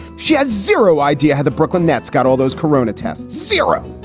she has zero idea how the brooklyn nets got all those corona tests. zero.